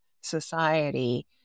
society